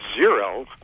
zero